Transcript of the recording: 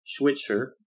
Schwitzer